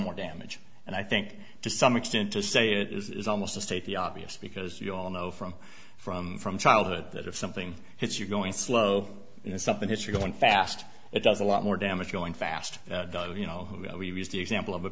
more damage and i think to some extent to say it is almost to state the obvious because you all know from from from childhood that if something hits you're going slow you know something hit you're going fast it does a lot more damage going fast you know we've used the example of a